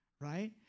Right